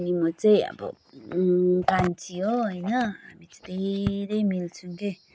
अनि म चाहिँ अब कान्छी हो होइन हामी चाहिँ धेरै मिल्छौँ के